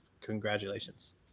congratulations